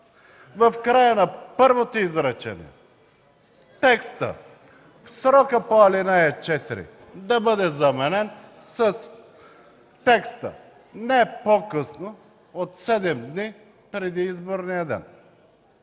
в края на първото изречение текстът „срокът по ал. 4” да бъде заменен с текста ”не по-късно от 7 дни преди изборния ден”.